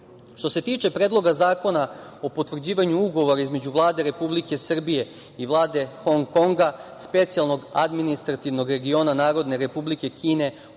se tiče Predloga zakona o potvrđivanju Ugovora između Vlade Republike Srbije i Vlade Hong Konga, specijalnog administrativnog regiona Narodne Republike Kine,